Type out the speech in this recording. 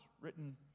written